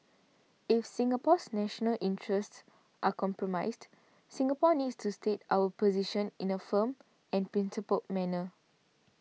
if Singapore's national interests are compromised Singapore needs to state our position in a firm and principled manner